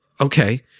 okay